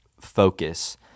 focus